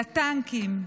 לטנקים,